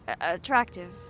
Attractive